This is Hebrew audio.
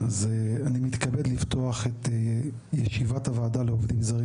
אז אני מתכבד לפתוח את ישיבת הוועדה לעובדים זרים